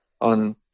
on